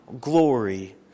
glory